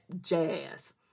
jazz